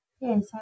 Yes